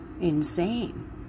insane